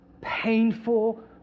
painful